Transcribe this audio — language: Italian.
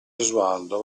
gesualdo